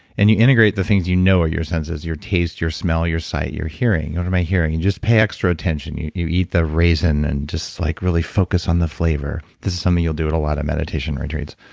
and you integrate the things that you know are your senses. your taste, your smell, your sight your hearing. what am i hearing? and you just pay extra attention. you you eat the raisin and just like really focus on the flavor. this is something you'll do at a lot of meditation retreats.